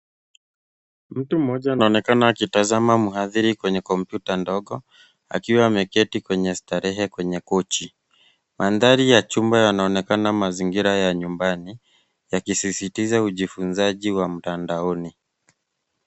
Mtu mmoja anaonekana akitazama mhadhiri kwenye kompyuta ndogo, akiwa ameketi kwenye starehe kwenye kochi. Madhari ya chumba yanaonekana mazingira ya nyumbani yakisisitiza ujifunzaji wa mtandaoni.